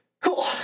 cool